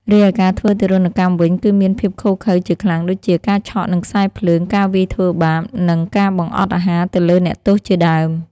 រីឯការធ្វើទារុណកម្មវិញ គឺមានភាពឃោឃៅជាខ្លាំង ដូចជា ការឆក់នឹងខ្សែរភ្លើង ការវាយធ្វើបាប ការបង្អត់អាហារទៅលើអ្នកទោសជាដើម។